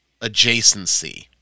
adjacency